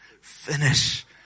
finish